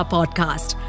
Podcast